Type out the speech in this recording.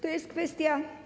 To jest kwestia.